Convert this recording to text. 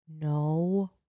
no